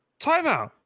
Timeout